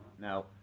Now